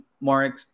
more